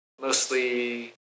mostly